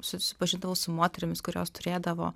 susipažinau su moterimis kurios turėdavo